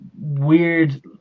weird